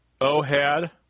Ohad